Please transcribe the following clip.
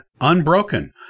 unbroken